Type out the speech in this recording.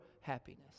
happiness